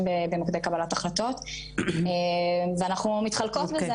במוקדי קבלת החלטות ואנחנו מתחלקות בזה,